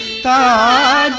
da